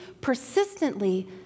persistently